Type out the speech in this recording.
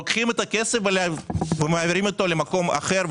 לוקחים את הכסף ומעבירים אותו למקום אחר.